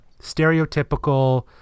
stereotypical